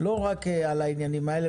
לא רק על העניינים האלה.